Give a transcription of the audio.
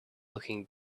looking